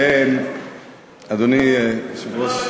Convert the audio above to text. אדוני היושב-ראש,